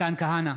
מתן כהנא,